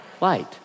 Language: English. Light